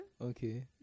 Okay